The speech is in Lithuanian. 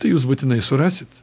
tai jūs būtinai surasit